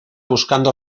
buscando